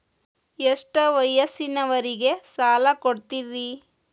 ಎಷ್ಟ ವಯಸ್ಸಿನವರಿಗೆ ಸಾಲ ಕೊಡ್ತಿರಿ?